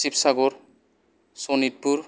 Sibsagar Sonitpur